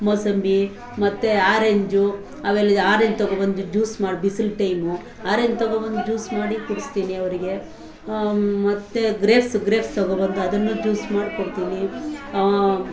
ಮೂಸಂಬಿ ಮತ್ತೆ ಆರೇಂಜು ಆಮೇಲಿಂದು ಆರೇಂಜ್ ತಗೊಂಡ್ಬಂದು ಜ್ಯೂಸ್ ಮಾಡಿ ಬಿಸಿಲು ಟೈಮು ಆರೇಂಜ್ ತಗೊಂಡ್ಬಂದು ಜ್ಯೂಸ್ ಮಾಡಿ ಕುಡಿಸ್ತೀನಿ ಅವರಿಗೆ ಮತ್ತು ಗ್ರೇಪ್ಸು ಗ್ರೇಪ್ಸ್ ತಗೊಂಡ್ಬಂದು ಅದನ್ನು ಜ್ಯೂಸ್ ಮಾಡ್ಕೊಡ್ತೀನಿ ಹಾಂ